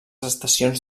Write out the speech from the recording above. estacions